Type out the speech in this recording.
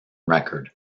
record